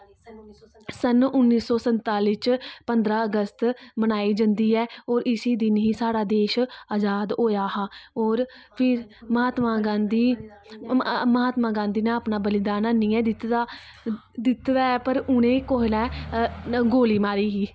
सन उन्नी सौ सतांली च पंदरां अगस्त मनाई जंदी ऐ और इसी दिन ही साढ़ा देश आजाद होया हा और फिर महात्मा गांधी महात्मा गांधी ने अपना बलीदान है नी ऐ दित्ता दा दित्ते दा ऐ पर उनेंगी कुसै ने गोली मारी ही